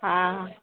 हाँ